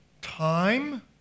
time